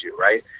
right